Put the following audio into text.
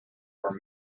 were